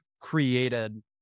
created